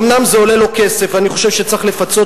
אומנם זה עולה לו כסף ואני חושב שצריך לפצות